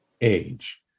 age